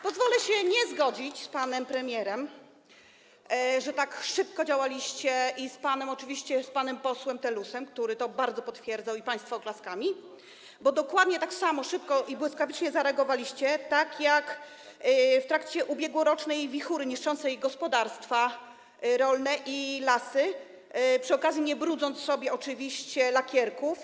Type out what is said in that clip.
Pozwolę sobie nie zgodzić się z panem premierem, że tak szybko działaliście, i oczywiście z panem posłem Telusem, który to bardzo potwierdzał, tak jak i państwo, oklaskami, bo dokładnie tak samo szybko i błyskawicznie zareagowaliście jak w trakcie ubiegłorocznej wichury niszczącej gospodarstwa rolne i lasy, przy okazji nie brudząc sobie oczywiście lakierków.